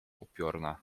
upiorna